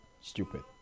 stupid